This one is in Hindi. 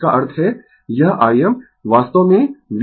इसका अर्थ है यह Im वास्तव में Vmω L ImVmωL है